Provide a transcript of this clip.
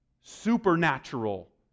supernatural